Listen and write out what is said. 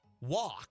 walk